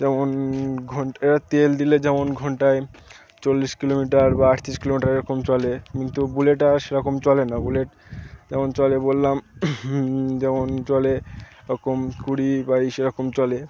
যেমন ঘণ্টা এরা তেল দিলে যেমন ঘণ্টায় চল্লিশ কিলোমিটার বা আটত্রিশ কিলোমিটার এ রকম চলে কিন্তু বুলেট আবার সে রকম চলে না বুলেট যেমন চলে বললাম যেমন চলে এ রকম কুড়ি বাইশ এ রকম চলে